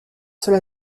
cela